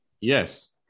Yes